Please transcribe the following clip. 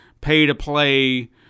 pay-to-play